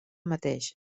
mateix